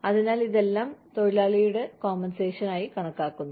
അതിനാൽ ഇതെല്ലാം തൊഴിലാളിയുടെ നഷ്ടപരിഹാരത്തിന് കണക്കാക്കുന്നു